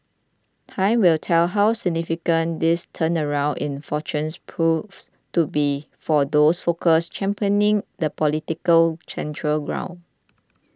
time will tell how significant this turnaround in fortunes proves to be for those forces championing the political centre ground